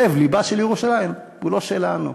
לב-לבה של ירושלים הוא לא שלנו,